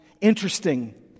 interesting